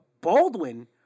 Baldwin